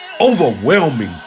overwhelming